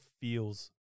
feels